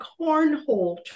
cornhole